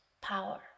power